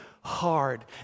hard